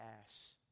ass